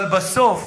אבל בסוף